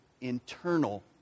internal